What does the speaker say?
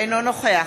אינו נוכח